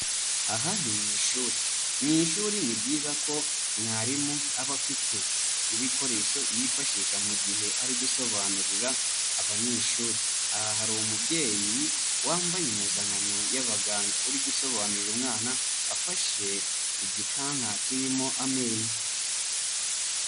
Aha ni mu ishuri. Mu ishuri ni byiza ko mwarimu aba afite ibikoresho yifashisha mu gihe ari gusobanurira abanyeshuri. Aha hari umubyeyi wambaye impuzankano y'abaganga uri gusobanurira umwana, afashe igikanka kirimo amenyo.